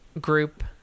group